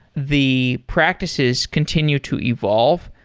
the practices continue to evolve.